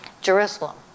Jerusalem